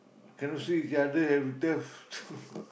cannot see each other everytime